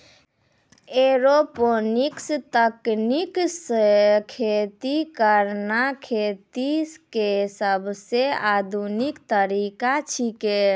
aeroponics तकनीक सॅ खेती करना खेती के सबसॅ आधुनिक तरीका छेकै